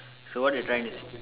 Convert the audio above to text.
so what they are trying to s~